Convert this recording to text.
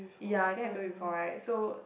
ya I think I told you before right so